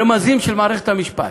רמזים של מערכת המשפט,